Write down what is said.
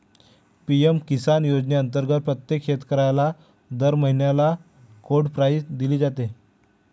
PM Kisan योजनेअंतर्गत प्रत्येक शेतकऱ्याला दर महिन्याला कोड प्राईज दिली जाते